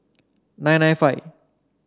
nine nine five